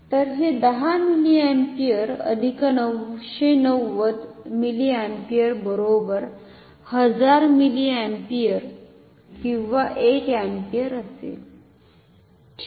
तर हे 10 मिलीअॅपीयर अधिक 990 मिलीअॅपीयर बरोबर 1000 मिलीअमपीयर किंवा 1 एम्पीअर असेल